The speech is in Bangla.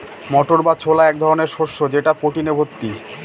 মটর বা ছোলা এক ধরনের শস্য যেটা প্রোটিনে ভর্তি